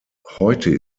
heute